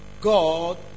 God